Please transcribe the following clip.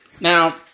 Now